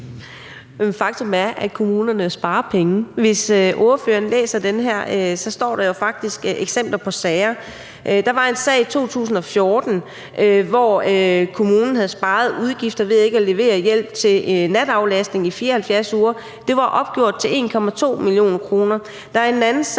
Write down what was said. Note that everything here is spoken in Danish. Faktum er, at kommunerne sparer penge. Hvis ordføreren læser den her, står der jo faktisk eksempler på sager. Der var en sag i 2014, hvor kommunen havde sparet udgifter ved ikke at levere hjælp til nataflastning i 74 uger. Det var opgjort til 1,2 mio. kr. Der er en anden sag